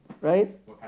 Right